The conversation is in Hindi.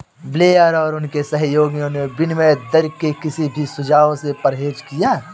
ब्लेयर और उनके सहयोगियों ने विनिमय दर के किसी भी सुझाव से परहेज किया